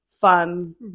fun